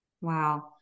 Wow